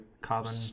carbon